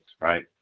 right